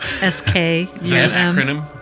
S-K-U-M